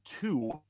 two